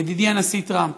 ידידי הנשיא טראמפ,